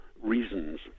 reasons